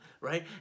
right